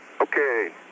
Okay